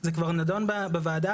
זה כבר נדון בוועדה.